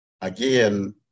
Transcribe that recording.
again